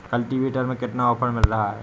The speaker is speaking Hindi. कल्टीवेटर में कितना ऑफर मिल रहा है?